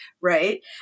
right